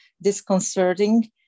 disconcerting